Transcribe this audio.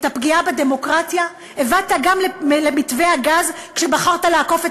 את הפגיעה בדמוקרטיה הבאת גם למתווה הגז כשבחרת לעקוף את